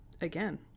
again